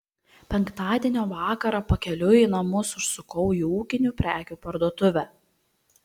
penktadienio vakarą pakeliui į namus užsukau į ūkinių prekių parduotuvę